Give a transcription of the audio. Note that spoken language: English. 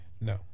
No